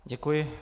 Děkuji.